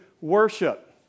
worship